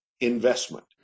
investment